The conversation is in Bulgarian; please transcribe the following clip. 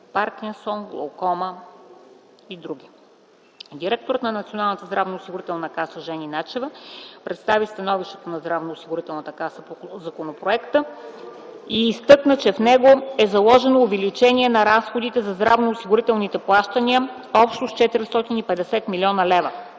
паркинсон, глаукома и други. Директорът на НЗОК Жени Начева представи становището на Здравноосигурителната каса по законопроекта и изтъкна, че в него е заложено увеличение на разходите за здравноосигурителни плащания общо с 450 млн. лв.